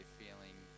feeling